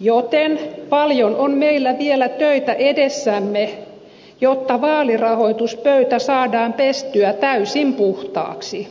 joten paljon on meillä vielä töitä edessämme jotta vaalirahoituspöytä saadaan pestyä täysin puhtaaksi